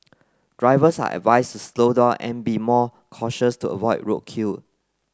drivers are advised to slow down and be more cautious to avoid roadkill